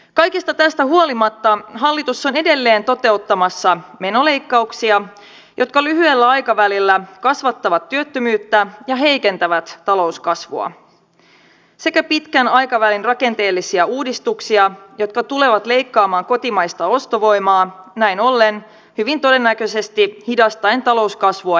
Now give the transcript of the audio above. kaikesta tästä huolimatta hallitus on edelleen toteuttamassa menoleikkauksia jotka lyhyellä aikavälillä kasvattavat työttömyyttä ja heikentävät talouskasvua sekä pitkän aikavälin rakenteellisia uudistuksia jotka tulevat leikkaamaan kotimaista ostovoimaa näin ollen hyvin todennäköisesti hidastaen talouskasvua entisestään